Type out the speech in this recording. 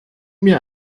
mir